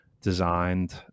designed